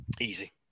Easy